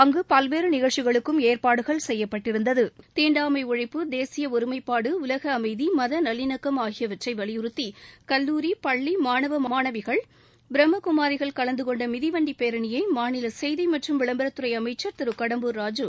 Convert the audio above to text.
அங்கு பல்வேறு நிகழ்ச்சிகளுக்கும் ஏற்பாடு செய்யப்பட்டிருந்தது தீண்டாமை ஒழிப்பு தேசிய ஒருமைப்பாடு உலக அமைதி மத நல்லிணக்கம் ஆகியவற்றை வலியுறுத்தி கல்லூரி பள்ளி மாணவ மாணவிகள் பிரம்மகுமாரிகள் கலந்துகொண்ட மிதிவண்டி பேரணியை மாநில செய்தி மற்றும் விளம்பரத்துறை அமைச்சர் திரு கடம்பூர் ராஜு